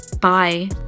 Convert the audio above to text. Bye